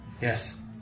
Yes